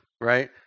right